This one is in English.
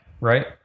Right